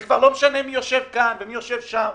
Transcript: זה כבר לא משנה מי יושב כאן ומי יושב שם.